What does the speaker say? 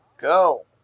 Go